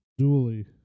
Dually